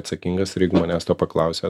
atsakingas ir jeigu manęs to paklausia